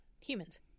Humans